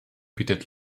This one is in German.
bietet